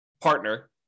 partner